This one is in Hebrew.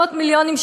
מאות מיליונים,